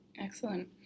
Excellent